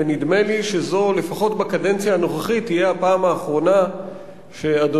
ונדמה לי שלפחות בקדנציה הנוכחית זו תהיה הפעם האחרונה שאדוני